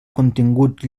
continguts